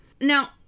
Now